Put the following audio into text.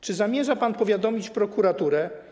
Czy zamierza pan powiadomić prokuraturę?